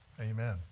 amen